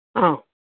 आं